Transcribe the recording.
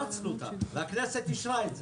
אימצנו אותה והכנסת אישרה את זה.